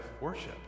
worship